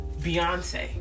beyonce